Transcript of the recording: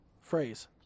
phrase